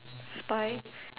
spy